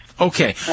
Okay